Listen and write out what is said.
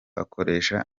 akoresha